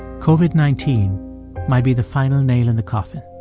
covid nineteen might be the final nail in the coffin.